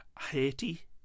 Haiti